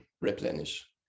replenish